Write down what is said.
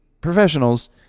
professionals